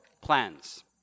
plans